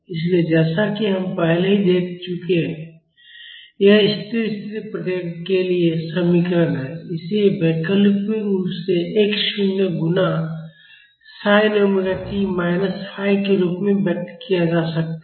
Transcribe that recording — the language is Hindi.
इसलिए जैसा कि हम पहले ही देख चुके हैं यह स्थिर स्थिति प्रतिक्रिया के लिए समीकरण है और इसे वैकल्पिक रूप से x शून्य गुणा sin omega t minus phi के रूप में व्यक्त किया जा सकता है